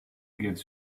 gives